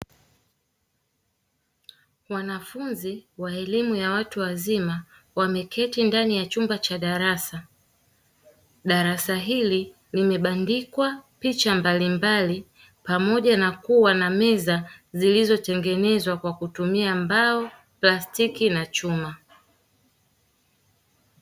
Wanafunzi wa elimu ya watu wazima wameketi ndani ya chumba cha darasa. Darasa hili limebandikwa picha mbalimbali pamoja na kuwa na meza zilizotengenezwa kwa kutumia mbao, plastiki na chuma.